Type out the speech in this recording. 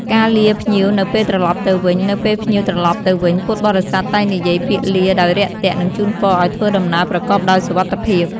ការទទួលភ្ញៀវមកពីចម្ងាយ គឺជាកិច្ចការរួមគ្នារវាង ព្រះសង្ឃ ដែលផ្ដល់នូវសេចក្តីស្វាគមន៍ផ្នែកស្មារតី និងពរជ័យ និង ពុទ្ធបរិស័ទ ដែលអនុវត្តកិច្ចការបដិសណ្ឋារកិច្ចជាក់ស្ដែង។